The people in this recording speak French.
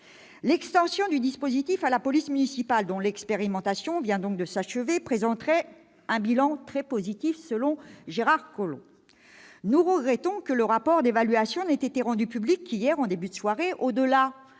L'extension du dispositif à la police municipale, dont l'expérimentation vient de s'achever, présenterait un « bilan très positif », selon Gérard Collomb. Nous regrettons que le rapport d'évaluation n'ait été rendu public qu'hier en début de soirée. Au-delà